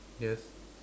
yes